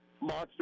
monster